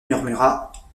murmura